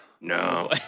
No